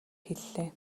хэллээ